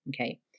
Okay